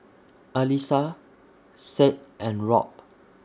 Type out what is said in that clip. Alissa Sade and Rob